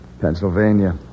Pennsylvania